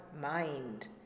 mind